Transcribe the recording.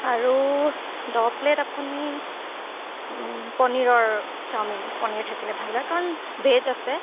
আৰু দহ প্লেট আপুনি পনীৰৰ চাওমিন পনীৰ থাকিলে ভাল হয় কাৰণ ভে'জ আছে